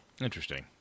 Interesting